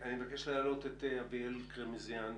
אני מבקש להעלות את אביאל קרמזיאן